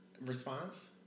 Response